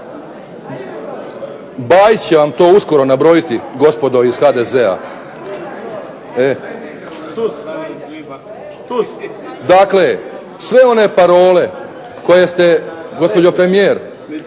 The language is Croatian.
BAjić će vam to uskoro nabrojiti gospodo iz HDZ-a. Dakle, sve one parole koje ste gospođo premijer,